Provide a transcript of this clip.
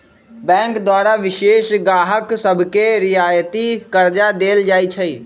bank द्वारा विशेष गाहक सभके रियायती करजा देल जाइ छइ